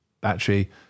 battery